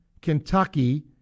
Kentucky